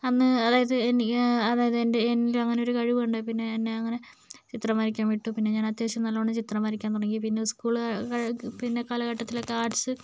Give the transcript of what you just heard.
അന്ന് അതായത് എന്നെ അതായത് എൻ്റെ എന്നിൽ ഒരു കഴിവ് കണ്ടതിൽപ്പിന്നെ എന്നെ അങ്ങനെ ചിത്രം വരയ്ക്കാൻ വിട്ടു പിന്നെ ഞാൻ അത്യാവശ്യം നല്ലവണ്ണം ചിത്രം വരയ്ക്കാൻ തുടങ്ങി പിന്നെ സ്കൂൾ പിന്നെ കാലഘട്ടത്തിൽ ഒക്കെ ആർട്സ്